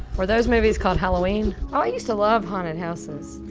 were those movies called halloween? oh, i used to love haunted houses,